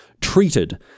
treated